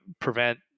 prevent